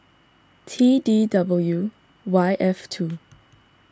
T D W Y F two